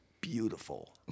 beautiful